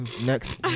Next